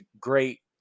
great